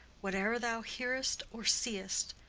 whate'er thou hearest or seest,